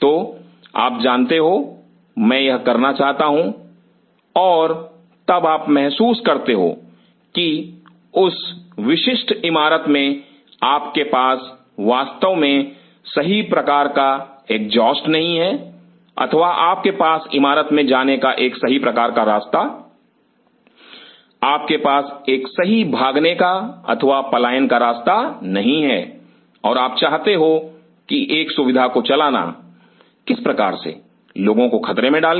तो आप जानते हो मैं यह करना चाहता हूं और तब आप महसूस करते हो की उस विशिष्ट इमारत में आपके पास वास्तव में सही प्रकार का एग्जास्ट नहीं है अथवा आपके पास इमारत में जाने का एक सही प्रकार का रास्ता आपके पास एक सही भागने का अथवा पलायन का रास्ता नहीं है और आप चाहते हो एक सुविधा को चलाना किस प्रकार से लोगों को खतरे में डाल के